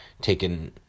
taken